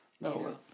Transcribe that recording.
No